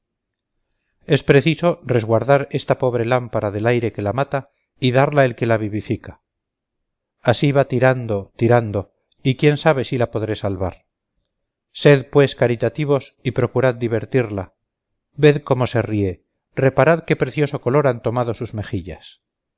es preciso resguardar esta pobre lámpara del aire que la mata y darla el que la vivifica así va tirando tirando y quién sabe si la podré salvar sed pues caritativos y procurad divertirla ved cómo se ríe reparad qué precioso color han tomado sus mejillas